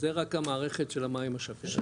זה רק המערכת של המים השפירים.